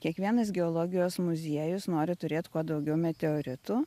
kiekvienas geologijos muziejus nori turėt kuo daugiau meteoritų